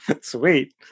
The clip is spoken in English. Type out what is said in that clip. Sweet